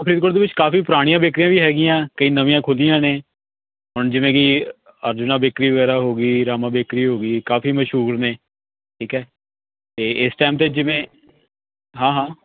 ਫਰੀਦਕੋਟ ਦੇ ਵਿੱਚ ਕਾਫ਼ੀ ਪੁਰਾਣੀਆਂ ਬੇਕਰੀਆਂ ਵੀ ਹੈਗੀਆਂ ਕਈ ਨਵੀਆਂ ਖੁੱਲ੍ਹੀਆਂ ਨੇ ਹੁਣ ਜਿਵੇਂ ਕਿ ਅਰਜੁਨਾ ਬੇਕਰੀ ਵਗੈਰਾ ਹੋ ਗਈ ਰਾਮਾ ਬੇਕਰੀ ਹੋ ਗਈ ਕਾਫ਼ੀ ਮਸ਼ਹੂਰ ਨੇ ਠੀਕ ਹੈ ਅਤੇ ਏਸ ਟੈਮ 'ਤੇ ਜਿਵੇਂ ਹਾਂ